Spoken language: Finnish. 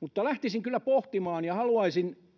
mutta lähtisin kyllä pohtimaan ja haluaisin